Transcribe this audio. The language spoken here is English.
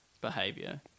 behavior